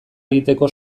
egiteko